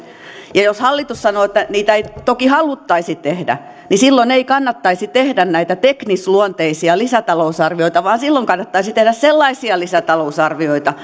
ja jos hallitus sanoo että niitä ei toki haluttaisi tehdä niin silloin ei kannattaisi tehdä näitä teknisluonteisia lisätalousarvioita vaan silloin kannattaisi tehdä sellaisia lisätalousarvioita